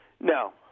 No